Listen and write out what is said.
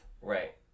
Right